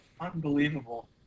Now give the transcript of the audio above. Unbelievable